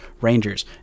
Rangers